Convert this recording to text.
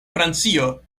francio